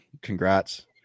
Congrats